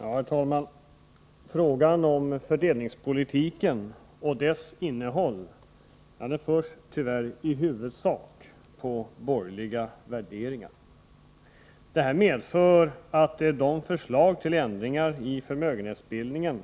Herr talman! Frågan om fördelningspolitiken och dess innehåll diskuteras tyvärr i huvudsak utifrån borgerliga värderingar. Detta medför att de förslag till ändringar i förmögenhetsbildningen